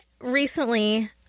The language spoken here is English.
recently